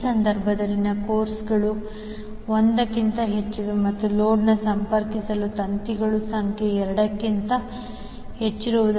ಈ ಸಂದರ್ಭಗಳಲ್ಲಿ ಕೋರ್ಸ್ಗಳು 1 ಕ್ಕಿಂತ ಹೆಚ್ಚಿವೆ ಮತ್ತು ಲೋಡ್ಗೆ ಸಂಪರ್ಕಿಸಲು ತಂತಿಗಳ ಸಂಖ್ಯೆ 2 ಕ್ಕಿಂತ ಹೆಚ್ಚಿರುವುದನ್ನು ನೀವು ನೋಡುತ್ತೀರಿ